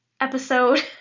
episode